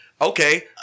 okay